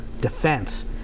defense